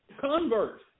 convert